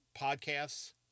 Podcasts